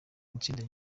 itsinda